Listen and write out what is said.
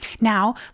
Now